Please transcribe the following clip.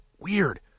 Weird